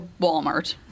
Walmart